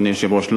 אדוני היושב-ראש,